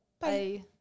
Bye